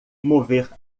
mover